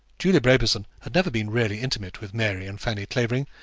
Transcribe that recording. julia brabazon had never been really intimate with mary and fanny clavering,